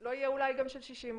לא יהיה אולי גם של 60%,